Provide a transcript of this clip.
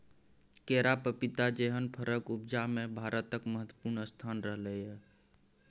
केरा, पपीता जेहन फरक उपजा मे भारतक महत्वपूर्ण स्थान रहलै यै